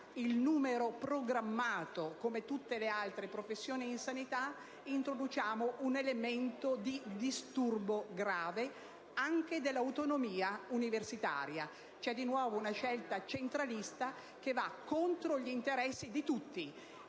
a numero programmato, come tutte le altre professioni in sanità, ma ora introduciamo un elemento di disturbo grave anche dell'autonomia universitaria. Viene compiuta nuovamente una scelta centralista, che va contro gli interessi di tutti: